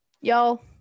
Y'all